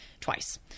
Twice